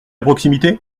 proximité